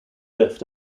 left